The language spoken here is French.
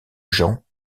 gens